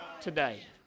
today